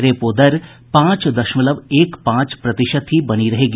repo दर पांच दशमलव एक पांच प्रतिशत ही बनी रहेगी